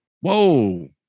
Whoa